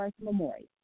Memorial